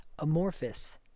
Amorphous